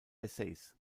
essays